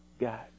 God